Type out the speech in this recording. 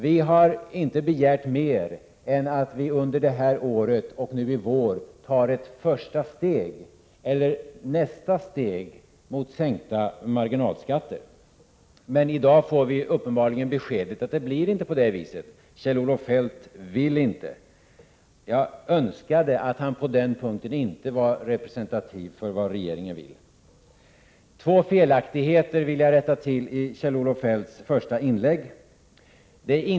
Vi har inte begärt mer än att vi under detta år, i vår, tar ett första steg, eller nästa steg, mot en sänkning av marginalskatterna. I dag får vi uppenbarligen beskedet att det inte blir på det sättet. Kjell-Olof Feldt vill inte. Jag önskar att han på den punkten inte var representativ för vad regeringen vill. Jag vill rätta till två felaktigheter i Kjell-Olof Feldts första inlägg.